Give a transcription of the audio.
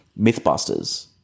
mythbusters